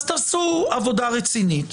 אז תעשו עבודה רצינית,